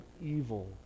evil